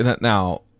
Now